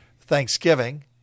Thanksgiving